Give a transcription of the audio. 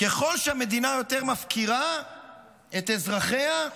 ככל שהמדינה יותר מפקירה את אזרחיה,